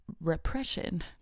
repression